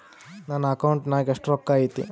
ನನ್ನ ಅಕೌಂಟ್ ನಾಗ ಎಷ್ಟು ರೊಕ್ಕ ಐತಿ?